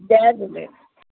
जय झूले